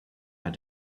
had